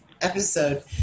episode